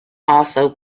also